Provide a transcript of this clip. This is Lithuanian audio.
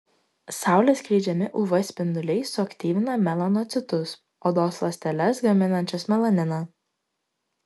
saulės skleidžiami uv spinduliai suaktyvina melanocitus odos ląsteles gaminančias melaniną